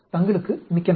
தங்களுக்கு மிக்க நன்றி